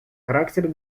характер